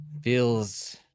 feels